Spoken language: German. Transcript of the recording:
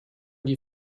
die